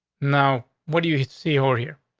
now, what do you see or hear?